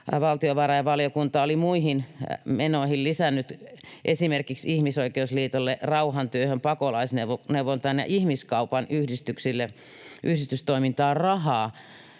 valtiovarainvaliokunta oli muihin menoihin lisännyt, esimerkiksi Ihmisoikeusliitolle, rauhantyöhön, Pakolaisneuvonnalle ja ihmiskaupan yhdistystoimintaan, rahaa